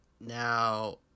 Now